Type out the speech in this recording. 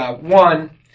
one